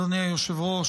אדוני היושב-ראש,